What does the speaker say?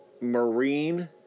marine